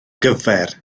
gyfer